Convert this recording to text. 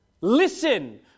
Listen